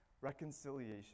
reconciliation